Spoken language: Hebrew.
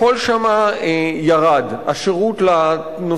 הכול שם ירד: השירות לנוסעים,